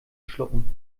schlucken